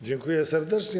Dziękuję serdecznie.